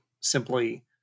simply